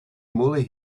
moly